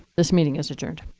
this meeting is adjourned.